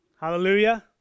Hallelujah